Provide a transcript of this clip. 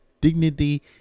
dignity